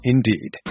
Indeed